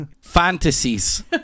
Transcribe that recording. fantasies